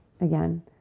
again